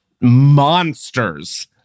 monsters